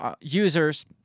users